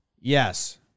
Yes